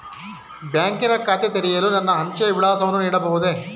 ಬ್ಯಾಂಕಿನ ಖಾತೆ ತೆರೆಯಲು ನನ್ನ ಅಂಚೆಯ ವಿಳಾಸವನ್ನು ನೀಡಬಹುದೇ?